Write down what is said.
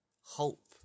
hope